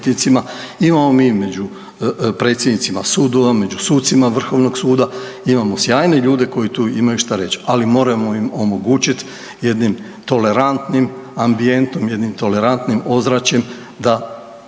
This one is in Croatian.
imamo mi i među predsjednicima sudova, među sucima vrhovnog suda, imamo sjajne ljude koji tu imaju šta reć, ali moramo im omogućit jednim tolerantnim ambijentom, jednim tolerantnim ozračjem da